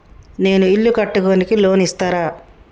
నేను ఇల్లు కట్టుకోనికి లోన్ ఇస్తరా?